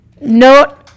No